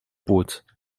płuc